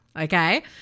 Okay